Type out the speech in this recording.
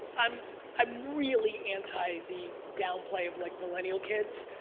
um i'm really anti the downplay of like millennial kids,